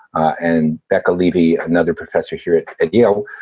and becca levy, another professor here at at yale,